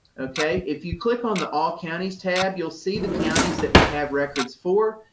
ok, if you click on the all counties tab, you'll see the counties that we have records for.